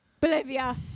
Bolivia